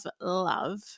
love